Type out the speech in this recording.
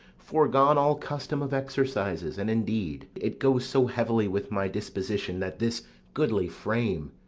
forgone all custom of exercises and indeed, it goes so heavily with my disposition that this goodly frame,